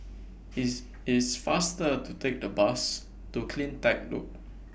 It's It's faster to Take The Bus to CleanTech Loop